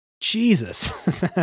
Jesus